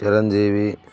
Chiranjeevi